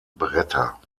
bretter